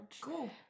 Cool